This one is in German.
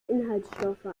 inhaltsstoffe